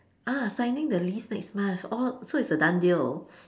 ah signing the lease next month oh so it's a done deal